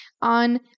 on